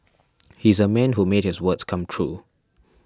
he's a man who made his words come true